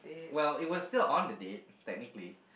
well it was still on the date technically